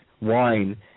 wine